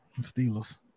Steelers